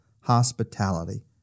hospitality